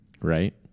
right –